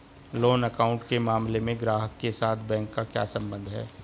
Loan account के मामले में ग्राहक के साथ बैंक का क्या संबंध है?